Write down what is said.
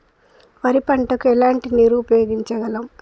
వరి పంట కు ఎలాంటి నీరు ఉపయోగించగలం?